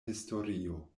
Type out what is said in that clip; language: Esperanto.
historio